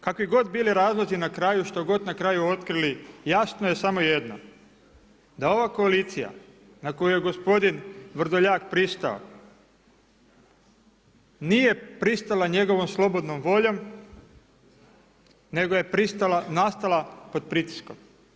Kakvi god bili razlozi na kraju što god na kraju otkrili jasno je samo jedno, da ova koalicija na koju je gospodin Vrdoljak pristao nije pristala njegovom slobodnom voljom nego je nastala pod pritiskom.